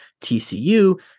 TCU